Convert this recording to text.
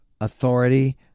authority